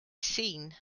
seen